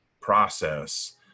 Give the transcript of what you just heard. process